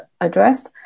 addressed